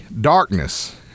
darkness